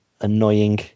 annoying